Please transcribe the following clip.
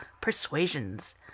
Persuasions